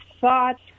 thoughts